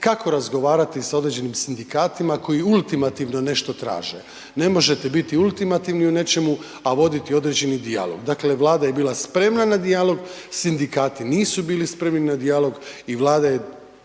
kako razgovarati sa određenim sindikatima koji ultimativno nešto traže. Ne možete biti ultimativni u nečemu a voditi određeni dijalog, dakle Vlada je bila spremna na dijalog, sindikati nisu bili spremni na dijalog i Vlada je